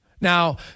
now